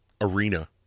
arena